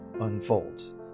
unfolds